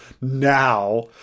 now